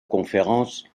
conférence